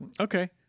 Okay